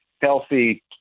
healthy